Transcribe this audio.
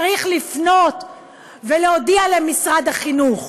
צריך לפנות ולהודיע למשרד החינוך.